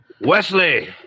Wesley